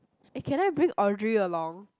eh can I bring Audrey along